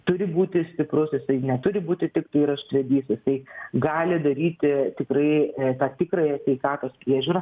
turi būti stiprus jisai neturi būti tiktai raštvedys jisai gali daryti tikrai tą tikrąją sveikatos priežiūrą